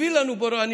הביא לנו בורא עולם,